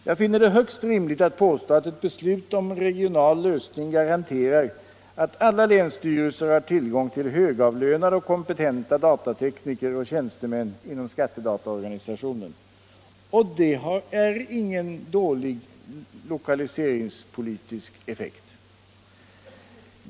Jag finner det högst rimligt att påstå att ett beslut om regional lösning garanterar att alla länsstyrelser har tillgång till högavlönade och kompetenta datatekniker och tjänstemän inom skattedataorganisationen. Det är ingen dålig lokaliseringspolitisk effekt.